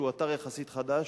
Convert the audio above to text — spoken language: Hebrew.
שהוא אתר יחסית חדש,